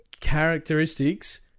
characteristics